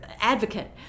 Advocate